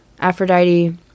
Aphrodite